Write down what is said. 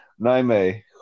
Naime